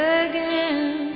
again